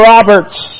Roberts